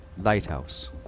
lighthouse